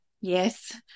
yes